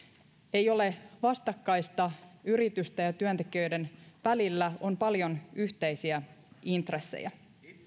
ei ole vastakkaista yritysten ja työntekijöiden välillä on paljon yhteisiä intressejä